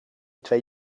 twee